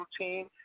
routine